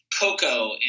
cocoa